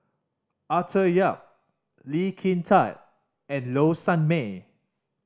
Arthur Yap Lee Kin Tat and Low Sanmay